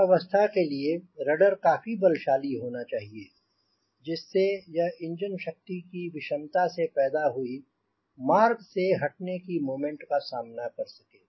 इस अवस्था के लिए रडर काफी बलशाली होना चाहिए जिससे यह इंजन शक्ति की विषमता से पैदा हुई मार्ग से हटने की मोमेंट का सामना कर सके